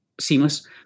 seamless